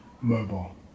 mobile